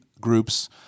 groups